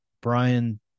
Brian